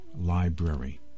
Library